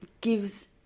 gives